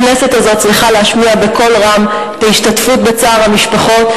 הכנסת הזאת צריכה להשמיע בקול רם את ההשתתפות בצער המשפחות.